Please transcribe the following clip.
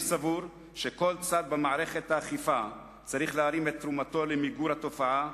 אני סבור שכל צד במערכת האכיפה צריך להרים את תרומתו למיגור התופעה,